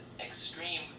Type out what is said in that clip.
extreme